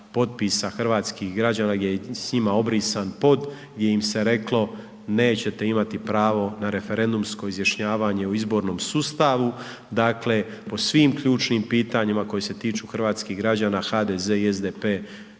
hrvatskih građana, gdje je s njima obrisan pod, gdje im se reklo nećete imati pravo na referendumsko izjašnjavanje u izbornom sustavu. Dakle, po svim ključnim pitanjima koji se tiču hrvatskih građana HDZ i SDP